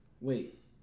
wait